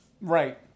Right